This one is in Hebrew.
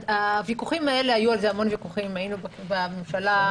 היו על זה המון ויכוחים בממשלה.